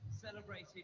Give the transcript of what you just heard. celebrating